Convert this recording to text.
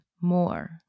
more